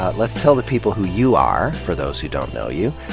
ah let's tell the people who you are, for those who don't know you.